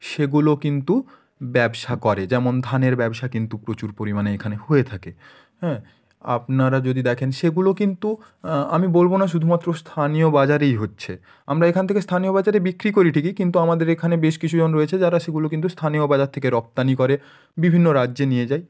সেগুলো কিন্তু ব্যবসা করে যেমন ধানের ব্যবসা কিন্তু প্রচুর পরিমাণে এখানে হয়ে থাকে হ্যাঁ আপনারা যদি দেখেন সেগুলো কিন্তু আমি বলবো না শুধুমাত্র স্থানীয় বাজারেই হচ্ছে আমরা এখান থেকে স্থানীয় বাজারে বিক্রি করি ঠিকই কিন্তু আমাদের এখানে বেশ কিছু জন রয়েছে যারা সেগুলো কিন্তু স্থানীয় বাজার থেকে রপ্তানি করে বিভিন্ন রাজ্যে নিয়ে যায়